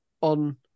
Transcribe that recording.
on